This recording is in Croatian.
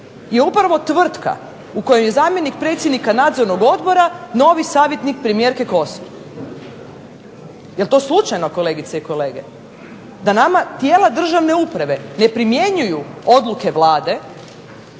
je upravo tvrtka u kojem je zamjenik predsjednika nadzornog odbora novi savjetnik premijerke Kosor. Jel to slučajno kolegice i kolege, da nama tijela državne uprave ne primjenjuju odluke Vlade